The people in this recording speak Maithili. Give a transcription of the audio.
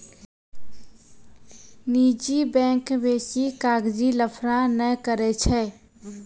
निजी बैंक बेसी कागजी लफड़ा नै करै छै